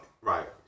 right